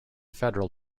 federal